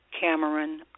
Cameron